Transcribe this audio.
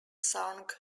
song